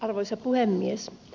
arvoisa puhemies